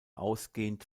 ausgehend